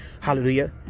Hallelujah